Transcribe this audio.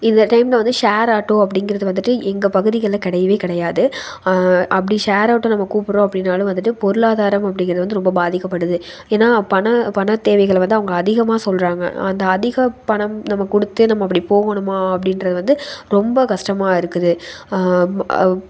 இந்த டைமில் வந்து ஷேர் ஆட்டோ அப்படிங்கறது வந்துட்டு எங்கள் பகுதிகளில் கிடையவே கிடையாது அப்படி ஷேர் ஆட்டோ நம்ம கூப்பிடுறோம் அப்படினாலும் வந்துட்டு பொருளாதாரம் அப்படிங்கறது வந்து ரொம்ப பாதிக்கப்படுது ஏன்னால் பண பணத் தேவைகளை வந்து அவங்க அதிகமாக சொல்கிறாங்க அந்த அதிகப் பணம் நம்ம கொடுத்து நம்ம அப்படி போகணுமா அப்படிகிறது வந்து ரொம்ப கஷ்டமா இருக்குது